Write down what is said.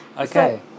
Okay